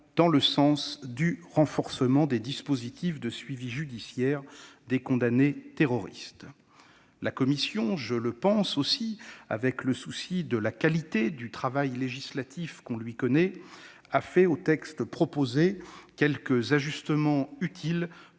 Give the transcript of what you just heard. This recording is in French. dans le sens du renforcement des dispositifs de suivi judiciaire des condamnés terroristes. La commission, avec le souci de qualité du travail législatif qu'on lui connaît, a fait quelques ajustements utiles